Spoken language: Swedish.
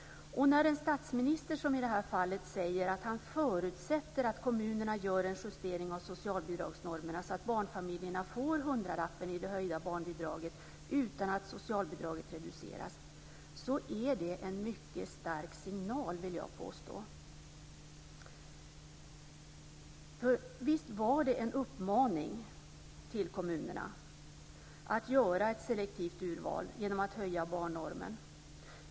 När en statsminister, som i det här fallet, säger att han förutsätter att kommunerna gör en justering av socialbidragsnormerna så att barnfamiljerna får hundralappen i det höjda barnbidraget utan att socialbidraget reduceras är det en mycket stark signal, vill jag påstå. Visst var det en uppmaning till kommunerna att göra ett selektivt urval genom att höja barnnormen.